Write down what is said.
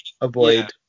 avoid